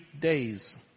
days